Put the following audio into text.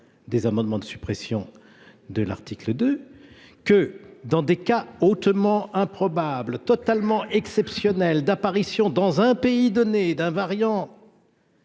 un amendement de suppression de l'article 2 -que, dans des cas hautement improbables et totalement exceptionnels d'apparition dans un pays donné d'un variant